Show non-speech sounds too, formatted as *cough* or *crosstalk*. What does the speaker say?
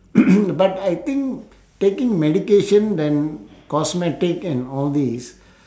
*noise* but I think taking medication and cosmetic and all this